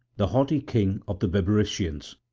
the haughty king of the bebrycians,